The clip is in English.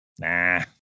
Nah